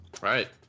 right